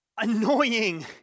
annoying